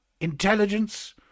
intelligence